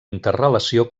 interrelació